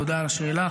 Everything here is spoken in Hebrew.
תודה על השאלה.